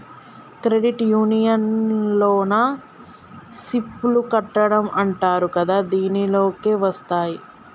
credit union లోన SIP లు కట్టడం అంటరు కదా దీనిలోకే వస్తాయ్